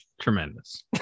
Tremendous